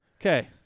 Okay